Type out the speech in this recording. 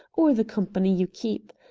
or the company you keep.